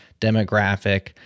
demographic